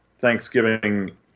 Thanksgiving